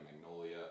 Magnolia